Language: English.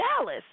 Dallas